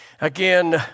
Again